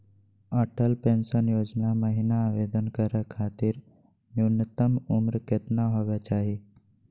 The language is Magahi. अटल पेंसन योजना महिना आवेदन करै खातिर न्युनतम उम्र केतना होवे चाही?